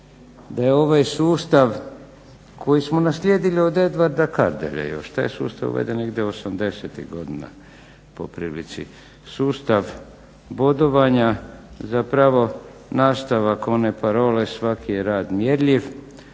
da je ovaj sustav koji smo naslijedili od Edvarda Kardelja još. Taj je sustav uveden negdje osamdesetih godina po prilici. Sustav bodovanja zapravo nastavak one parole svaki je rad mjerljiv,